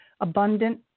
abundant